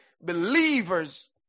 believers